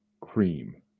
Cream